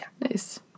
Nice